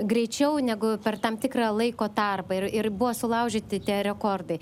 greičiau negu per tam tikrą laiko tarpą ir ir buvo sulaužyti tie rekordai